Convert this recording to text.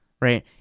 right